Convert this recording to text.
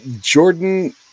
Jordan